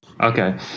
Okay